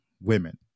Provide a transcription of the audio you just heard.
women